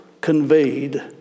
conveyed